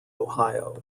ohio